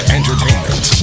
entertainment